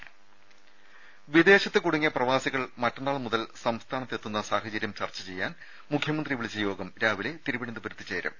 രാമ വിദേശത്ത് കുടുങ്ങിയ പ്രവാസികൾ മറ്റന്നാൾ മുതൽ സംസ്ഥാനത്തെത്തുന്ന സാഹചര്യം ചർച്ച ചെയ്യാൻ മുഖ്യമന്ത്രി വിളിച്ച യോഗം രാവിലെ തിരുവനന്തപുരത്ത് നടക്കും